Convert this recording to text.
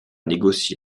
négocié